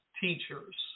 teachers